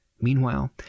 Meanwhile